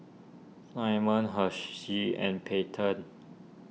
Simmons Hersheys and Pantene